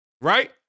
right